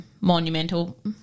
monumental